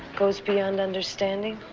goes beyond understanding?